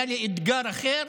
היה לי אתגר אחר,